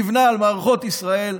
נבנה על מערכות ישראל.